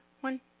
One